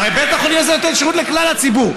הרי בית החולים הזה נותן שירות לכלל הציבור.